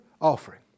offering